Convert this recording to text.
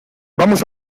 vamos